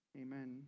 amen